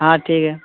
ہاں ٹھیک ہے